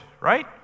right